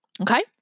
Okay